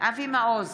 אבי מעוז,